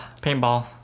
Paintball